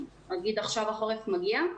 עכשיו החורף מגיע.